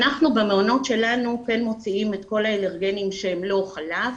אנחנו במעונות שלנו כן מוציאים את כל האלרגנים שהם לא חלב,